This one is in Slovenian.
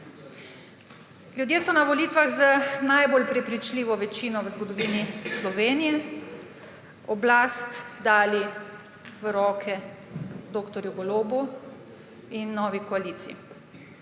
Ljudje so na volitvah z najbolj prepričljivo večino v zgodovini Slovenije oblast dali v roke dr. Golobu in novi koaliciji.